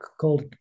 called